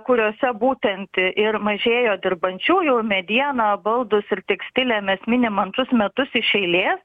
kuriose būtent ir mažėjo dirbančiųjų medieną baldus ir tekstilę mes minim antrus metus iš eilės